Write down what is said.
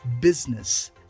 business